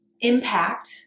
impact